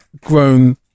grown